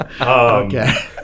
Okay